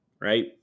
right